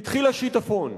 התחיל השיטפון.